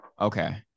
Okay